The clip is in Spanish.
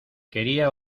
quería